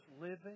living